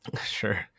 sure